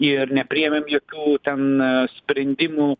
ir nepriėmėm jokių ten sprendimų